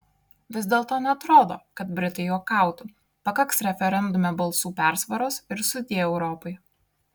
vis dėlto neatrodo kad britai juokautų pakaks referendume balsų persvaros ir sudie europai